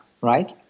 right